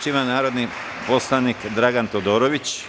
Reč ima narodni poslanik Dragan Todorović.